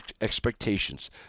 expectations